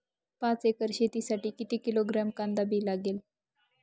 पाच एकर शेतासाठी किती किलोग्रॅम कांदा बी लागेल?